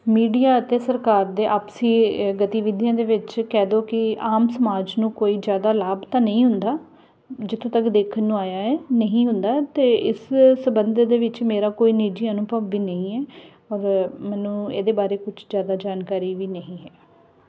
media ਅਤੇ ਸਰਕਾਰ ਦੇ ਆਪਸੀ ਅ ਗਤੀਵਿਧੀਆਂ ਦੇ ਵਿੱਚ ਕਹਿ ਦਿਓ ਕਿ ਆਮ ਸਮਾਜ ਨੂੰ ਕੋਈ ਜ਼ਿਆਦਾ ਲਾਭ ਤਾਂ ਨਹੀਂ ਹੁੰਦਾ ਜਿੱਥੋਂ ਤੱਕ ਦੇਖਣ ਨੂੰ ਆਇਆ ਹੈ ਨਹੀਂ ਹੁੰਦਾ ਅਤੇ ਇਸ ਸੰਬੰਧ ਦੇ ਵਿੱਚ ਮੇਰਾ ਕੋਈ ਨਿੱਜੀ ਅਨੁਭਵ ਵੀ ਨਹੀਂ ਹੈ ਔਰ ਮੈਨੂੰ ਇਹਦੇ ਬਾਰੇ ਕੁਝ ਜ਼ਿਆਦਾ ਜਾਣਕਾਰੀ ਵੀ ਨਹੀਂ ਹੈ